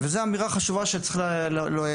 וזו אמירה חשובה שצריך לומר,